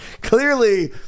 clearly